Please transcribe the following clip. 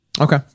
Okay